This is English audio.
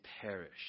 perish